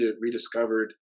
rediscovered